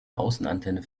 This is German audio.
außenantenne